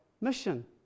mission